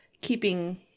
keeping